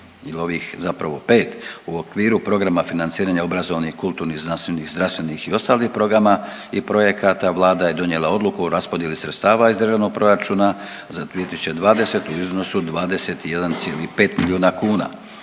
ovih zapravo 5 u okviru programa financiranja obrazovnih, kulturnih, znanstvenih, zdravstvenih i ostalih programa i projekata, Vlada je donijela odluku o raspodjeli sredstava iz Državnog proračuna za 2020. u iznosu od 21,5 milijuna kuna.